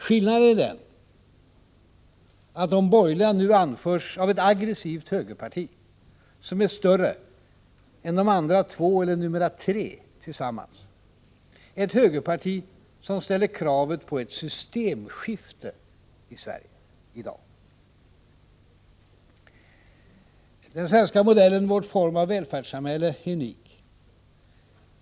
Skillnaden är att de borgerliga nu anförs av ett aggressivt högerparti, som är större än de andra två — eller numera tre — tillsammans: ett högerparti som ställer kravet på ett ”systemskifte” i Sverige i dag. Den svenska modellen — vår form av välfärdssamhälle — är unik.